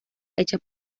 hechas